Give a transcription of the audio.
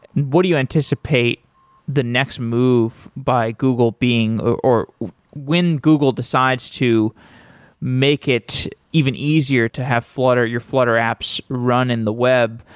what do you anticipate the next move by google being or when google decides to make it even easier to have flutter, your flutter apps, run in the web?